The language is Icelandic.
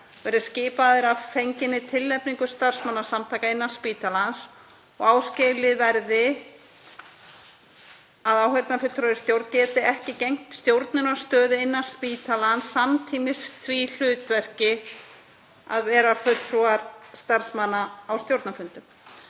verði skipaðir að fenginni tilnefningu starfsmannasamtaka innan spítalans og áskilið verði að áheyrnarfulltrúar í stjórn geti ekki gegnt stjórnunarstöðu innan spítalans samtímis því hlutverki að vera fulltrúar starfsmanna á stjórnarfundum.